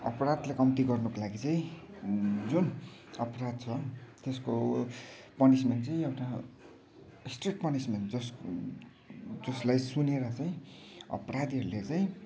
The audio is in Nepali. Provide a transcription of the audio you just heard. अपराधलाई कम्ति गर्नुको लागि चाहिँ जुन अपराध छ त्यसको पनिसमेन्ट चाहिँ एउटा स्ट्रिक पनिसमेन्ट जस जसलाई सुनेर चाहिँ अपराधीहरूले चाहिँ